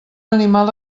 animal